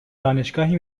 دانشگاهی